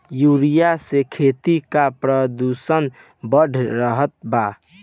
urea से खेती क प्रदूषण बढ़ रहल बा